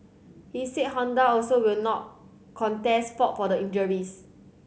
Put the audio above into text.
he said Honda also will not contest fault for the injuries